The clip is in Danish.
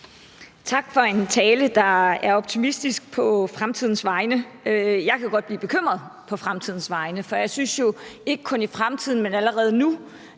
Tak for en tale, der er optimistisk på fremtidens vegne. Jeg kan godt blive bekymret på fremtidens vegne, for jeg synes jo, at vi – ikke kun i fremtiden, men allerede nu